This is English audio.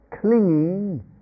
clinging